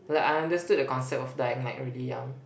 like understood the concept of dying like really young